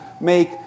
make